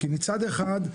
כי מצד אחד,